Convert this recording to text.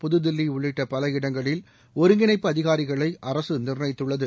புதுதில்லி உள்ளிட்ட பல இடங்களில் ஒருங்கிணைப்பு அதிகாரிகளை அரசு நீர்ணயித்துள்ளது